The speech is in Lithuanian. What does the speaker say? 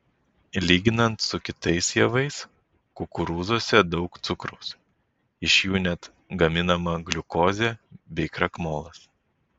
lyginant su kitais javais kukurūzuose daug cukraus iš jų net gaminama gliukozė bei krakmolas